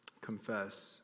confess